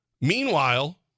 Meanwhile